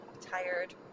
tired